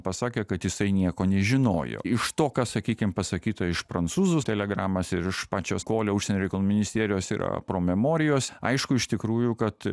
pasakė kad jisai nieko nežinojo iš tokio sakykime pasakyto iš prancūzų telegramos ir iš pačios kolei užsienio reikalų ministerijos yra pro memorijos aišku iš tikrųjų kad